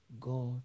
God